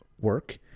work